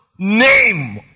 Name